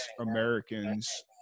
Americans